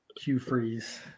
Q-Freeze